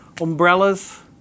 umbrellas